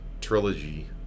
trilogy